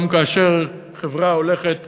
גם כאשר חברה הולכת ומתבגרת,